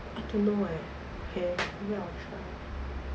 I don't know eh